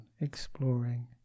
exploring